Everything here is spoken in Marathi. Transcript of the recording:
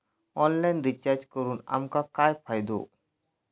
ऑनलाइन रिचार्ज करून आमका काय फायदो?